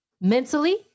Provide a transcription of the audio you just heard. mentally